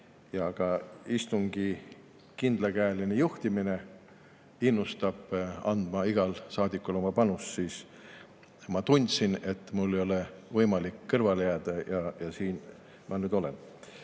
ja ka istungi kindlakäeline juhtimine innustab igat saadikut oma panust andma, siis ma tundsin, et mul ei ole võimalik kõrvale jääda. Ja siin ma nüüd olen.